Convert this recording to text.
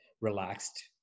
relaxed